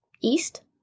east